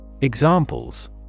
Examples